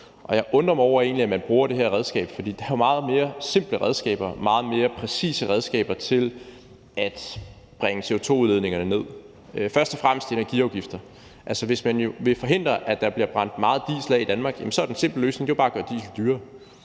mig egentlig over, at man bruger det her redskab, for der er meget mere simple redskaber, meget mere præcise redskaber til at bringe CO2-udledningerne ned. Det drejer sig først og fremmest om energiafgifter. Hvis man vil forhindre, at der bliver brændt meget diesel af i Danmark, er den simple løsning bare at gøre diesel dyrere,